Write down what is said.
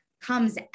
comes